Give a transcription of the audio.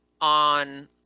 on